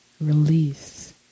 release